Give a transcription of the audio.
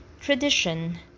Tradition